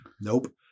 Nope